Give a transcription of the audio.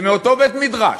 זה מאותו בית-מדרש.